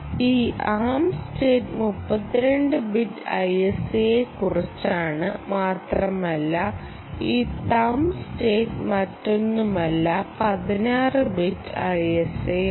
ഈ ARM state 32 bit ISIയെക്കുറിച്ചാണ് മാത്രമല്ല ഈ തമ്പ് സ്റ്റേറ്റ് മറ്റൊന്നുമല്ല 16 ബിറ്റ് ISIയാണ്